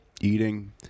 Eating